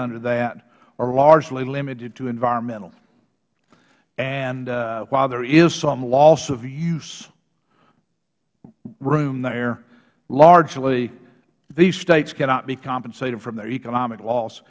under that are largely limited to environmental and while there is some loss of use room there largely these states cannot be compensated for their economic loss